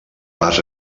pas